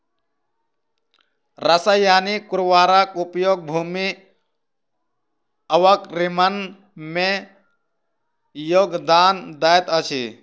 रासायनिक उर्वरक उपयोग भूमि अवक्रमण में योगदान दैत अछि